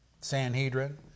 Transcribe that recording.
Sanhedrin